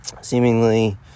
seemingly